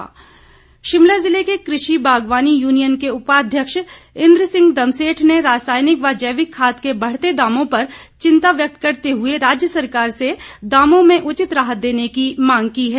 मांग शिमला जिले के कृषि बागवानी यूनियन के उपाध्यक्ष इन्द्र सिंह दमसेठ ने रासायनिक व जैविक खाद के बढ़ते दामों पर चिंता व्यक्त करते हुए राज्य सरकार से दामों में उचित राहत देने की मांग की है